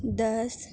دس